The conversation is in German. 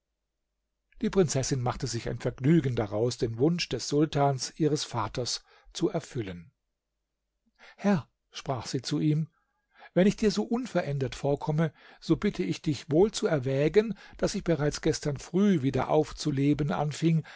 die prinzessin machte sich ein vergnügen daraus den wunsch des sultans ihres vaters zu erfüllen herr sprach sie zu ihm wenn ich dir so unverändert vorkomme so bitte ich dich wohl zu erwägen daß ich bereits gestern früh wieder aufzuleben anfing